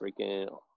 freaking